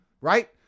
right